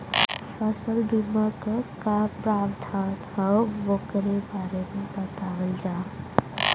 फसल बीमा क का प्रावधान हैं वोकरे बारे में बतावल जा?